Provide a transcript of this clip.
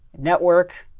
network,